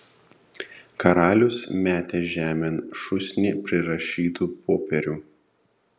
karalius metė žemėn šūsnį prirašytų popierių